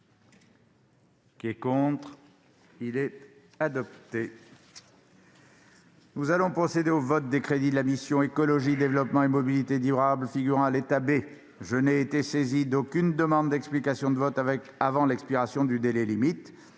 voix l'amendement n° II-98. Nous allons procéder au vote des crédits de la mission « Écologie, développement et mobilité durables », figurant à l'état B. Je n'ai été saisi d'aucune demande d'explication de vote avant l'expiration du délai limite.